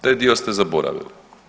Taj dio ste zaboravili.